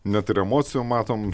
net ir emocijų matom